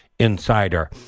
insider